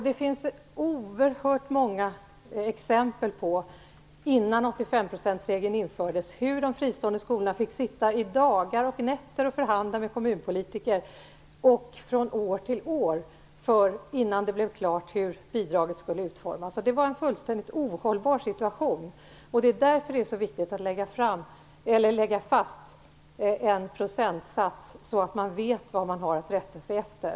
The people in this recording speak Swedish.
Det finns oerhört många exempel på hur man, innan 85-procentsregeln infördes, vid de fristående skolorna fick sitta i dagar och nätter för att förhandla med kommunpolitiker från år till år, innan det blev klart hur bidragen skulle utformas. Det var en fullständigt ohållbar situation. Det är därför det är så viktigt att lägga fast en procentsats, så att man vet vad man har att rätta sig efter.